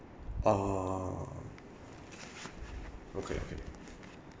orh okay okay